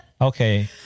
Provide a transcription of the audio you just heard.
Okay